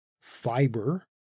fiber